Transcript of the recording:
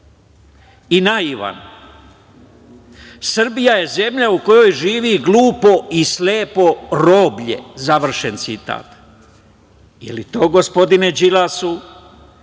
i naivan. Srbija je zemlja u kojoj živi glupo i slepo roblje, završen citat. Je li to gospodine Đilasu,